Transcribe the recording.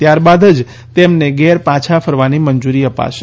ત્યારબાદ જ તેમને ઘેર પાછા ફરવાની મંજૂર અપાશે